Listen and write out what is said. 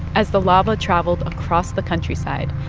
as the lava traveled across the countryside,